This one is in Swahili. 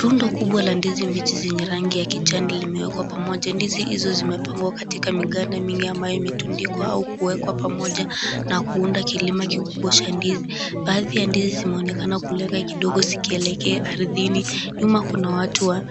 Rundo kubwa la ndizi mbichi zenye rangi ya kijani zimewekwa kwa pamoja, ndizi hizo zimewlpangwa pamoja katika imetundikwa pamoja au kuwekwa pamoja na kuunda kilima kikubwa ja ndizi baadhi ya ndizi imeonekana kuelea kidogo zikielekea arthini nyuma Kuna watu